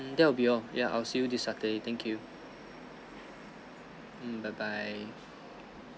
mm that'll be all ya I'll see you this saturday thank you mm bye bye